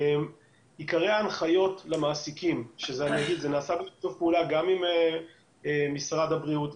עיקרי ההנחיות למעסיקים זה נעשה בשיתוף פעולה גם עם משרד הבריאות,